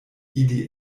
ili